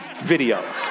video